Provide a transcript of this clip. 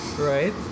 right